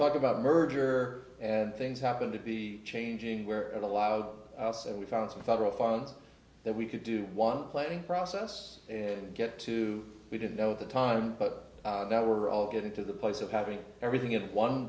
talk about merger and things happened to be changing where it allowed us and we found some federal funds that we could do one planning process and get to we didn't know the time but that we're all getting to the place of having everything in one